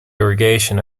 irrigation